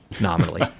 nominally